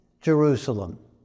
Jerusalem